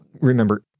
remember